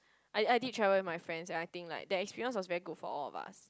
I I did travel with my friends and I think like that experience was very good for all of us